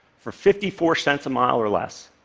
for fifty four cents a mile or less.